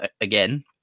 again